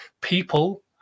People